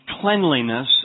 cleanliness